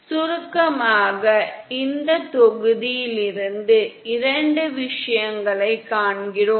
சுருக்கமாக இந்த தொகுதியிலிருந்து 2 விஷயங்களைக் காண்கிறோம்